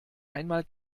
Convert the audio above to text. einmal